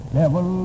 devil